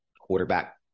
quarterback